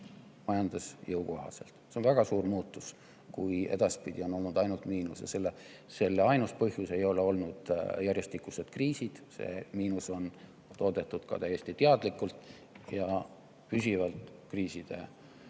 majandusele jõukohaselt. See on väga suur muutus, et edaspidi on olnud ainult miinus. Ja selle ainus põhjus ei ole olnud järjestikused kriisid. Miinust on toodetud täiesti teadlikult ja püsivalt kriiside varjus.